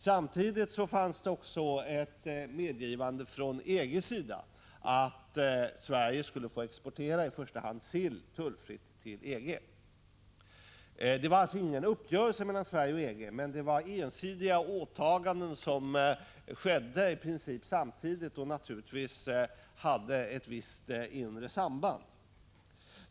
Samtidigt fanns det ett medgivande från EG:s sida att Sverige skulle få exportera i första hand sill tullfritt till EG. Det var alltså ingen uppgörelse mellan Sverige och EG, men det var ensidiga åtaganden som skedde i princip samtidigt och naturligtvis hade ett visst inre samband.